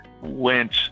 went